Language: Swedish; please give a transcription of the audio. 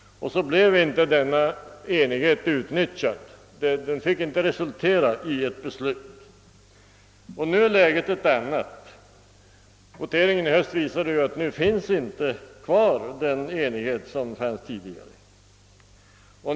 Därför blev inte enigheten utnyttjad. Den fick inte resultera i ett beslut. Nu är läget ett annat. Voteringen i höstas visar ju att den enighet som fanns tidigare inte finns kvar nu.